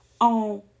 on